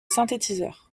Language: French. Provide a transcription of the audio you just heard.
synthétiseur